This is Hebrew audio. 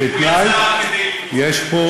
כתנאי, זה,